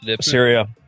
Syria